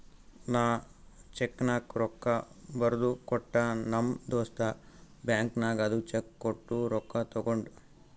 ನಾ ಚೆಕ್ನಾಗ್ ರೊಕ್ಕಾ ಬರ್ದು ಕೊಟ್ಟ ನಮ್ ದೋಸ್ತ ಬ್ಯಾಂಕ್ ನಾಗ್ ಅದು ಚೆಕ್ ಕೊಟ್ಟು ರೊಕ್ಕಾ ತಗೊಂಡ್